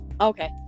Okay